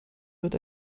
wird